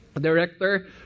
director